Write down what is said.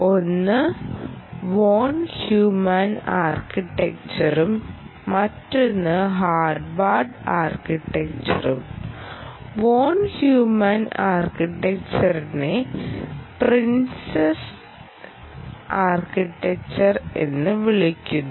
ഒന്ന് von Neumann ആർക്കിടെക്ചറും മറ്റൊന്ന് ഹാർവാർഡ് ആർക്കിടെക്ചറും വോൺ ഹ്യൂമാൻ ആർക്കിടെക്ചറിനെ പ്രിൻസ്റ്റൺ ആർക്കിടെക്ചർ എന്നും വിളിക്കുന്നു